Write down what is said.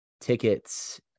tickets